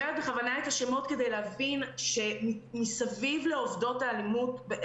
אני אומרת בכוונה את השמות כדי להבין שמסביב לעובדות בתחנות